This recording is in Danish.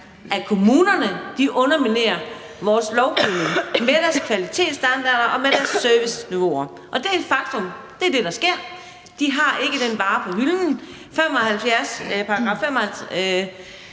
at kommunerne underminerer vores lovgivning med deres kvalitetsstandarder og med deres serviceniveauer. Det er et faktum, og det er det, der sker. De har ikke den vare på hylden.